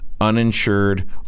Uninsured